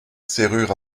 serrure